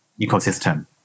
ecosystem